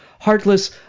heartless